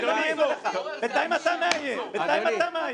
אנחנו לא מבטיחים את זכות המדינה והמדינה זה לא אני.